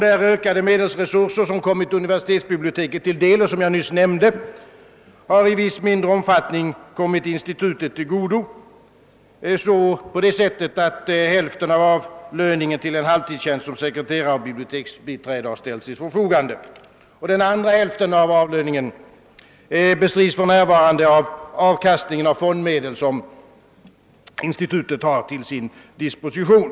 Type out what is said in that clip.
De ökade resurser, som kommit universitetsbiblioteket till del och som jag nyss nämnde, har i viss, mindre omfattning kommit institutet till godo, på så sätt att hälften av det belopp som behövs för avlöning till en halvtidstjänst som sekreterare och biblioteksbiträde ställts till förfogande, medan den andra hälften av beloppet för närvarande bestrids av avkastningen på fondmedel som institutet har till sin disposition.